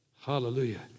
Hallelujah